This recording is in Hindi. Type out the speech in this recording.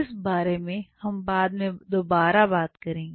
इस बारे में हम बाद में दोबारा बात करेंगे